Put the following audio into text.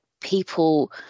people